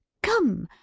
come!